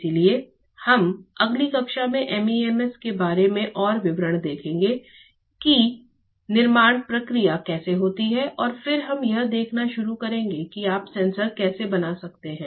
इसलिए हम अगली कक्षा में MEMS के बारे में और विवरण देखेंगे कि निर्माण प्रक्रिया कैसे होती है और फिर हम यह देखना शुरू करेंगे कि आप सेंसर कैसे बना सकते हैं